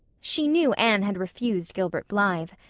she knew anne had refused gilbert blythe.